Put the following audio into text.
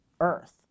earth